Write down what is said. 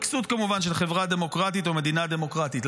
בכסות כמובן של חברה דמוקרטית או מדינה דמוקרטית.